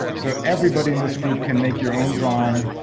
so everybody in this group can make your own drawing,